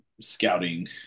scouting